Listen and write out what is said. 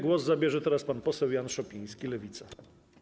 Głos zabierze teraz pan poseł Jan Szopiński, Lewica.